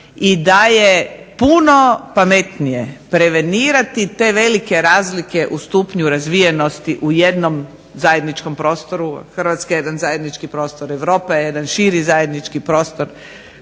i da je puno pametnije prevenirati te velike razlike u stupnju razvijenosti u jednom zajedničkom prostoru, a Hrvatska je jedan zajednički prostor, Europa je jedan širi zajednički prostor